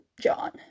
John